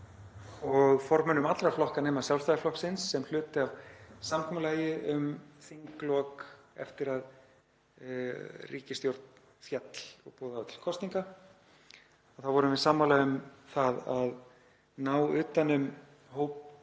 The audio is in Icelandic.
og formönnum allra flokka nema Sjálfstæðisflokksins sem hluti af samkomulagi um þinglok eftir að ríkisstjórnin féll og boðað var til kosninga. Þá vorum við sammála um það að ná utan um hóp